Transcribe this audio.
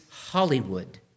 Hollywood